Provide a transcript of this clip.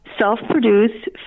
self-produced